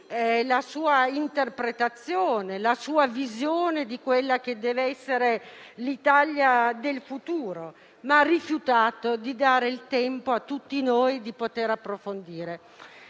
la sua interpretazione, la sua visione di quella che deve essere l'Italia del futuro, ma ha rifiutato di dare il tempo a tutti noi di poter approfondire.